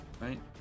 Right